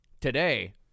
today